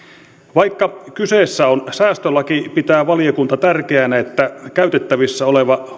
vaikka kyseessä on säästölaki pitää valiokunta tärkeänä että käytettävissä oleva